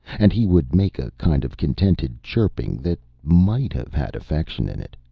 and he would make a kind of contented chirping that might have had affection in it.